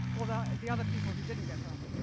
all the the other people who didn't get home.